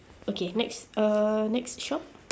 okay next uh next shop